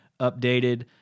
updated